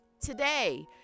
Today